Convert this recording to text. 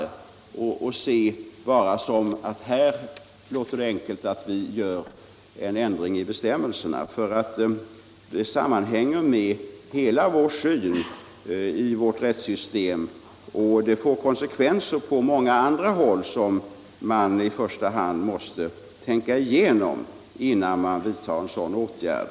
Man kan då inte bara säga att det är enkelt att ändra bestämmelserna, utan frågan sammanhänger med hela vår syn i vårt rättssystem, och man måste först tänka igenom vilka konsekvenser det får på många andra håll, innan man vidtar en sådan åtgärd.